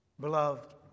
Beloved